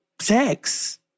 sex